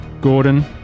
Gordon